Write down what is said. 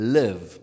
live